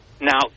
now